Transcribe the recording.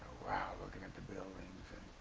wow, looking at the buildings and